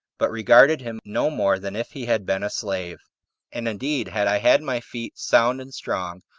but regarded him no more than if he had been a slave and, indeed, had i had my feet sound and strong,